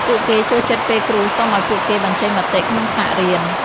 ពួកគេចូលចិត្តពេលគ្រូសុំឱ្យពួកគេបញ្ចេញមតិក្នុងថ្នាក់រៀន។